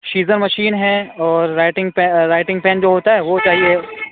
scissor machine ہے اور writing writing pen جو ہوتا ہے وہ چاہیے